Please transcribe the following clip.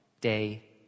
day